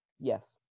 Yes